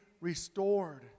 restored